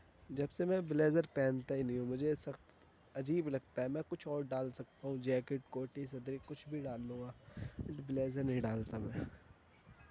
جب سے میں بلیزر پہنتا ہی نہیں ہوں مجھے سخت عجیب لگتا ہے میں کچھ اور ڈال سکتا ہوں جیکٹ کوٹی صدری کچھ بھی ڈال لوں گا بٹ بلیزر نہیں ڈالتا میں